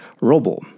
robo